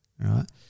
right